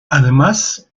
además